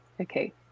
Okay